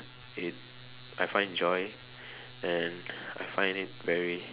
it I find joy and I find it very